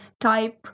type